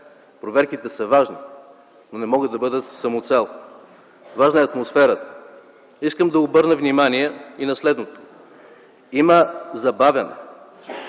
Проверките са важни, но не могат да бъдат самоцел, важна е атмосферата. Искам да обърна внимание и на следното. Има забавяне